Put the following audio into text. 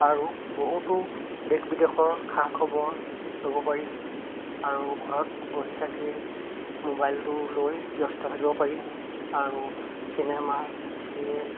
আৰু বহুতো দেশ বিদেশৰ খা খবৰ ল'ব পাৰি আৰু ঘৰত বহি থাকিয়ে মোবাইলটো লৈ ব্যস্ত থাকিব পাৰি আৰু চিনেমা চিৰিয়েল